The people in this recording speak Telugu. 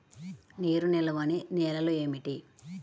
నీరు నిలువని నేలలు ఏమిటి?